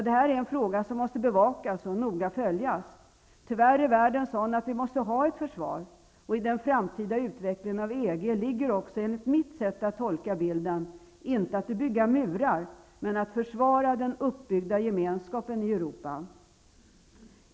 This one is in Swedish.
Detta är en fråga som måste bevakas och noga följas. Tyvärr är världen sådan att vi måste ha ett försvar. I den framtida utvecklingen av EG ligger också, enligt mitt sätt att tolka bilden, inte att bygga murar men att försvara den uppbyggda gemenskapen i Europa.